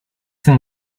thing